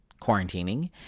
quarantining